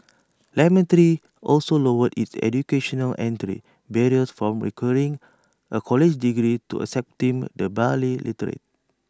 lemon three also lowered its educational entry barriers from requiring A college degree to accepting the barely literate